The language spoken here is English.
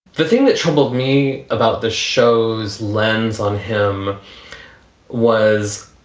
the thing that troubled me about the show's lens on him was,